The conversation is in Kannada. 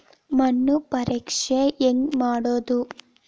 ಮಣ್ಣು ಪರೇಕ್ಷೆ ಹೆಂಗ್ ಮಾಡೋದು?